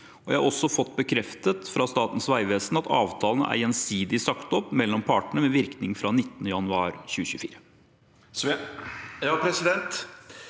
Jeg har også fått bekreftet fra Statens vegvesen at avtalen er gjensidig sagt opp mellom partene med virkning fra 19. januar 2024.